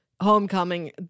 homecoming